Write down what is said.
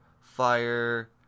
fire